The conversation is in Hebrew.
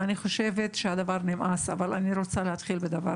אני חושבת שהדבר נמאס, אבל אני רוצה להתחיל בדבר